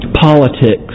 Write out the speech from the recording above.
politics